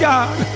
God